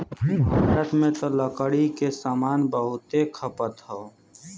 भारत में त लकड़ी के सामान क बहुते खपत हौ